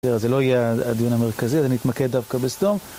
זה לא יהיה הדיון המרכזי, אלא נתמקד דווקא בסדום,